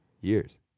years